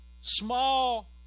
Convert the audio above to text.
small